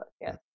yes